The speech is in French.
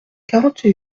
quarante